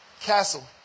castle